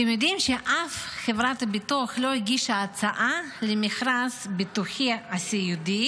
אתם יודעים שאף חברת ביטוח לא הגישה הצעה למכרז ביטוחי סיעודי